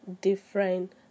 different